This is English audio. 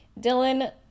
Dylan